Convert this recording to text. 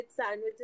sandwiches